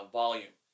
volume